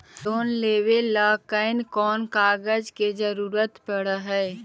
Loan लेबे ल कैन कौन कागज के जरुरत पड़ है?